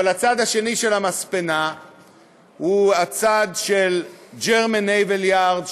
אבל הצד השני של המספנה הוא הצד של German Naval Yards,